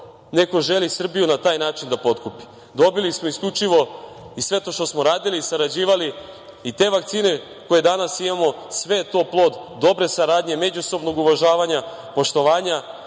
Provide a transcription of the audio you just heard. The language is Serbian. neko želi Srbiju na taj način da potkupi. Sve to što smo radili, sarađivali i te vakcine koje danas imamo sve je to plod dobre saradnje, međusobnog uvažavanja, poštovanja,